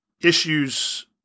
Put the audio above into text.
issues